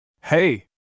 Hey